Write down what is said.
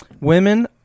Women